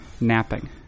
napping